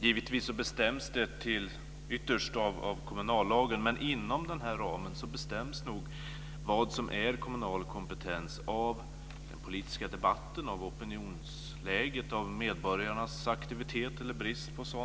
Givetvis bestäms det ytterst av kommunallagen, men inom den ramen bestäms nog vad som är kommunal kompetens av den politiska debatten, av opinionsläget och av medborgarnas aktivitet eller brist på sådan.